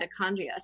mitochondria